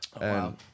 Wow